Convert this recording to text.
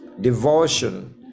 devotion